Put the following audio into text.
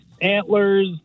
antlers